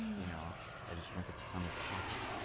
you know i just drink a ton of coffee.